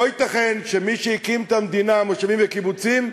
לא ייתכן שמי שהקים את המדינה, מושבים וקיבוצים,